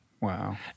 Wow